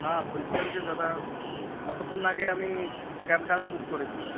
হ্যাঁ বলছিলাম যে দাদা কতক্ষণ আগে আমি ক্যাবটা আমি বুক করেছি